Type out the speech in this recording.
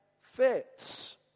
fits